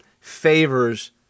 favors